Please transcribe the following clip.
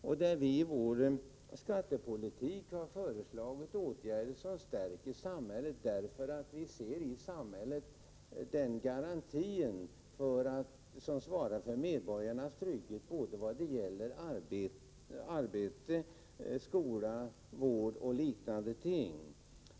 Vi hari vår skattepolitik föreslagit åtgärder som stärker samhället, därför att vii samhället ser garantin för medborgarnas trygghet när det gäller arbete, skola, vård och liknande ting.